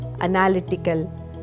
analytical